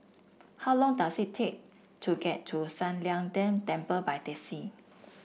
how long does it take to get to San Lian Deng Temple by taxi